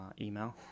email